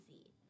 easy